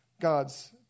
God's